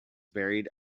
buried